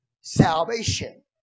salvation